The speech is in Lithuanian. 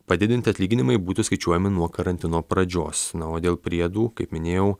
padidinti atlyginimai būtų skaičiuojami nuo karantino pradžios na o dėl priedų kaip minėjau